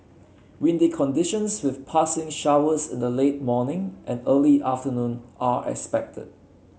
windy conditions with passing showers in the late morning and early afternoon are expected